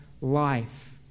life